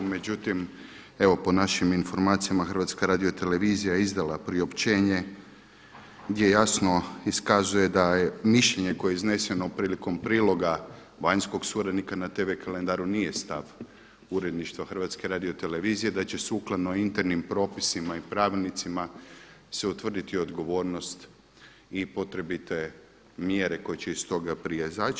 Međutim, evo po našim informacijama Hrvatska radio-televizija je izdala priopćenje gdje jasno iskazuje da je mišljenje koje je izneseno prilikom priloga vanjskog suradnika na TV kalendaru nije stav uredništva Hrvatske radio-televizije, da će sukladno internim propisima i pravilnicima se utvrditi odgovornost i potrebite mjere koje će iz toga proizaći.